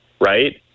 right